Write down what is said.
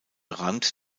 rand